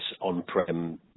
on-prem